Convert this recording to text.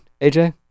AJ